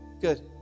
Good